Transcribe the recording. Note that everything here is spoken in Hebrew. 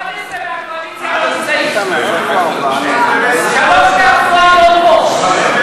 11 מהקואליציה לא נמצאים; שלושה מהתנועה לא פה.